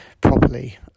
properly